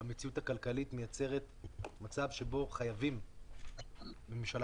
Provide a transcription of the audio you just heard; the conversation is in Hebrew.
המציאות הכלכלית מייצרת מצב שבו חייבים ממשלה